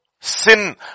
sin